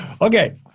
Okay